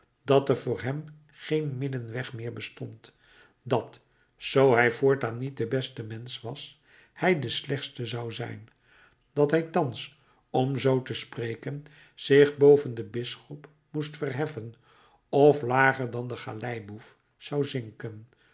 dat er voor hem geen middenweg meer bestond dat zoo hij voortaan niet de beste mensch was hij de slechtste zou zijn dat hij thans om zoo te spreken zich boven den bisschop moest verheffen of lager dan de galeiboef zou zinken